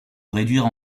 réduire